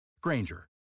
Granger